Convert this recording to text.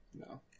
No